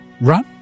Run